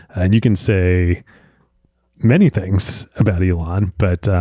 and you can say many things about elon but